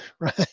right